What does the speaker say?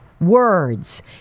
words